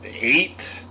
eight